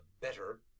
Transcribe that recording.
better